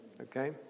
okay